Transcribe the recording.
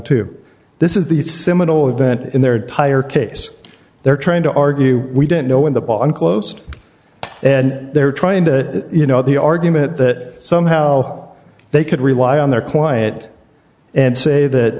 two this is the simoneau event in their higher case they're trying to argue we didn't know when the bomb closed and they're trying to you know the argument that somehow they could rely on their quiet and